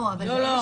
לא.